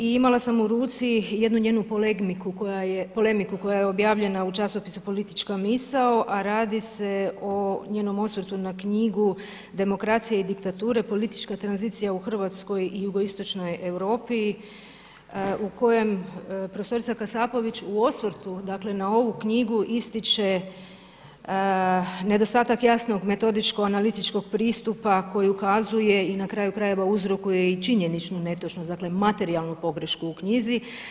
Imala sam u ruci jednu njenu polemiku koja je objavljena u časopisu Politička misao, a radi se o njenom osvrtu na knjigu „Demokracija i diktature, politička tranzicija u Hrvatskoj i jugoistočnoj Europi“ u kojem prof. Kasapović u osvrtu dakle, na ovu knjigu ističe nedostatak jasnog metodičko-analitičkog pristupa koji ukazuje i na kraju krajeva uzrokuje i činjeničnu netočnost dakle, materijalnu pogrešku u knjizi.